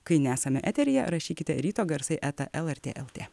kai nesame eteryje rašykite ryto garsai eta lrt lt